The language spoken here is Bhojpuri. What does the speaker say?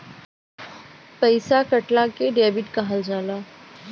पइसा कटला के डेबिट कहल जाला